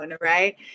Right